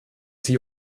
sie